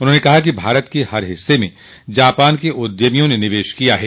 उन्होंने कहा कि भारत के हर हिस्से में जापान के उद्यमियों ने निवेश किया है